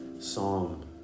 psalm